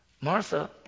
Martha